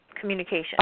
communication